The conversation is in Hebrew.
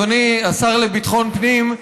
אדוני השר לביטחון פנים,